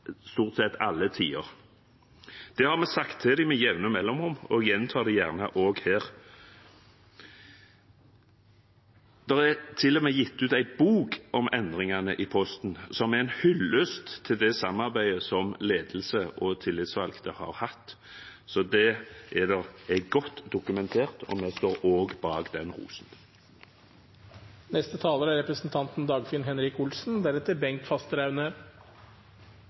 stort sett alle tider. Det har vi sagt til dem med jevne mellomrom, og jeg gjentar det gjerne her også. Det er til og med gitt ut en bok om endringene i Posten, som er en hyllest til det samarbeidet som ledelse og tillitsvalgte har hatt. Så det er godt dokumentert, og vi står også bak den rosen. Jeg tenkte jeg skulle si noe til det som representanten